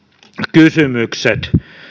kysymykset